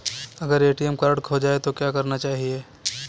अगर ATM card खो जाए तो क्या करना चाहिए?